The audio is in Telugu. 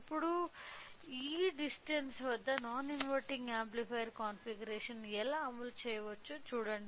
ఇప్పుడు ఈ డిస్టెన్స్ వద్ద నాన్ ఇన్వర్టింగ్ యాంప్లిఫైయర్ కాన్ఫిగరేషన్ను ఎలా అమలు చేయవచ్చో చూడండి